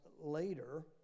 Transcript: later